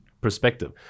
perspective